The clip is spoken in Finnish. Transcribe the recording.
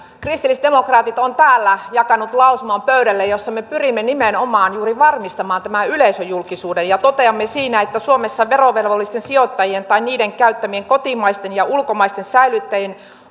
kristillisdemokraatit on täällä jakanut pöydille lausuman jossa me pyrimme nimenomaan juuri varmistamaan tämän yleisöjulkisuuden ja toteamme siinä että suomessa verovelvollisten sijoittajien tai niiden käyttämien kotimaisten ja ulkomaisten säilyttäjien